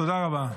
תודה רבה.